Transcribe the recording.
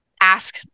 ask